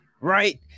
right